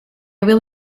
will